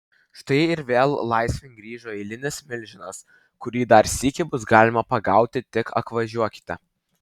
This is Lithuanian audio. štai ir vėl laisvėn grįžo eilinis milžinas kurį dar sykį bus galima pagauti tik atvažiuokite